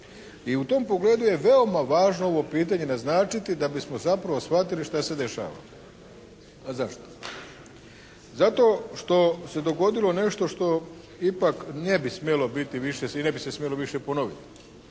I u tom pogledu je veoma važno ovo pitanje naznačiti da bismo zapravo shvatili šta se dešava. A zašto? Zato što se dogodilo nešto što ipak ne bi smjelo biti više i ne bi se smjelo više ponoviti.